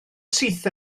syth